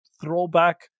throwback